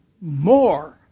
more